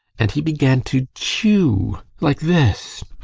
and he began to chew like this.